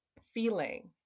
feeling